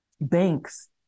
banks